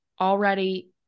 already